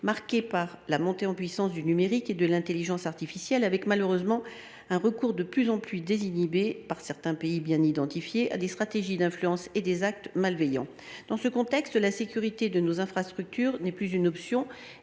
marqué par la montée en puissance du numérique et de l’intelligence artificielle. Malheureusement, on constate un recours de plus en plus désinhibé de certains pays bien identifiés à des stratégies d’influence et à des actes malveillants. Dans ce contexte, la sécurité de nos infrastructures n’est plus une option